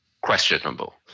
questionable